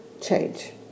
change